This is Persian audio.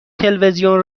تلویزیون